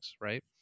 right